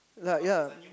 like ya